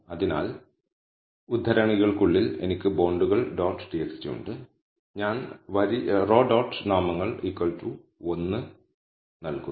അതിനാൽ ഉദ്ധരണികൾക്കുള്ളിൽ എനിക്ക് ബോണ്ടുകൾ ഡോട്ട് txt ഉണ്ട് ഞാൻ വരി ഡോട്ട് നാമങ്ങൾ 1 നൽകുന്നു